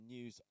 News